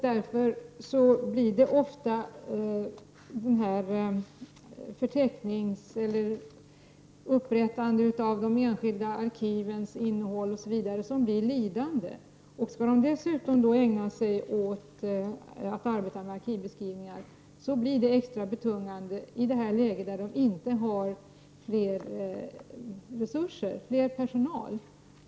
Därför blir ofta bl.a. upprättandet av de enskilda arkivens innehåll lidande. Om de dessutom skall ägna sig åt att arbeta med arkivbeskrivningar blir detta extra betungande i ett läge där det inte finns ytterligare resurser i form av mer personal.